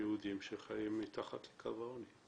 יהודים שחיים מתחת לקו העוני.